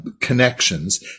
connections